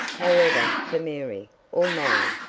however, for mary, or molly,